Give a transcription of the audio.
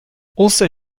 also